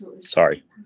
sorry